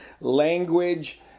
Language